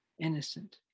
Innocent